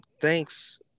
thanks